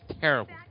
terrible